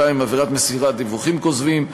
2. עבירת מסירת דיווחים כוזבים,